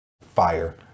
Fire